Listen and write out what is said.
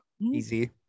Easy